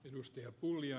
herra puhemies